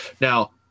Now